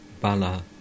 Bala